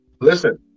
Listen